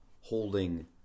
holding